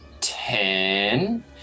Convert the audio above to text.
ten